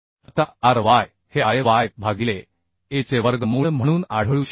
आता Ry हे Iy भागिले a चे वर्गमूळ म्हणून आढळू शकते